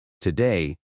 Today